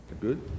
Good